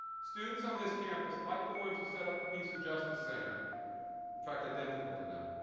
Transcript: students on this campus, like the ones who set up the peace and justice center in fact, identical to them